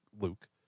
Luke